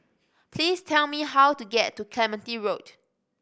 please tell me how to get to Clementi Road